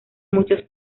muchos